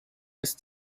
ist